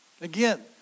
again